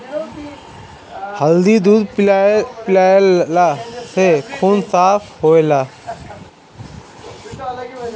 हरदी दूध पियला से खून साफ़ होखेला